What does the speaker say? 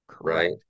right